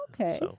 okay